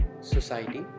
society